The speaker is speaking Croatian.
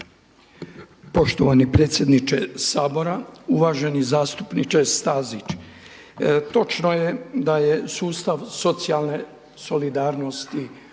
Poštovani predsjedniče Sabora, uvaženi zastupniče Stazić. Točno je da je sustav socijalne solidarnosti